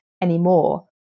anymore